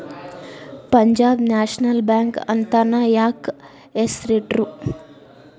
Punjab National Bank ಅಂತನ ಯಾಕ್ ಹೆಸ್ರಿಟ್ರು?